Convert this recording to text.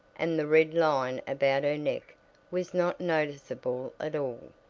and the red line about her neck was not noticeable at all,